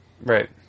Right